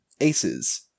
aces